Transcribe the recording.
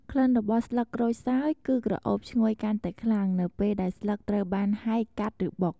ក្លិនរបស់ស្លឹកក្រូចសើចគឺក្រអូបឈ្ងុយកាន់តែខ្លាំង នៅពេលដែលស្លឹកត្រូវបានហែក កាត់ ឬបុក។